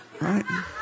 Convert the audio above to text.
right